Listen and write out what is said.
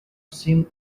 seemed